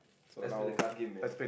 that's be the car game man